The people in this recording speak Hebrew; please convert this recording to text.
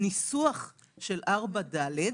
הניסוח של 4(ד)